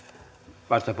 arvoisa